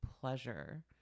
pleasure